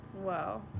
Wow